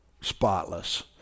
spotless